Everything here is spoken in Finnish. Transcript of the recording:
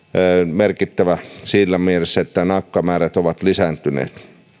merkittävä siinä mielessä että naakkamäärät ovat lisääntyneet